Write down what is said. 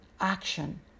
action